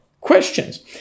questions